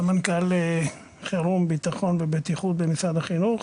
סמנכ"ל חירום ביטחון ובטיחות במשרד החינוך.